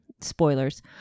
spoilers